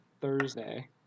Thursday